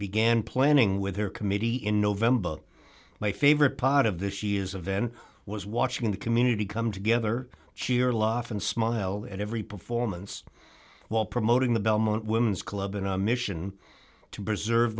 began planning with her committee in november my favorite part of this year's event was watching the community come together cheer loft and smile at every performance while promoting the belmont women's club in a mission to preserve